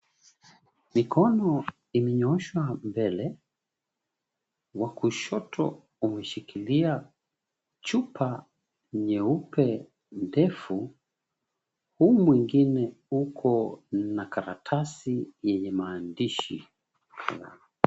Mikono imenyooshwa mbele. Wa kushoto umeshikilia chupa nyeupe, ndefu, huu mwingine uko na karatasi yenye maandishi.